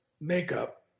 makeup